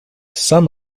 some